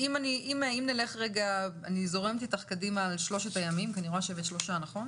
אני זורמת איתך קדימה לשלושת הימים שמופיעים בשקף.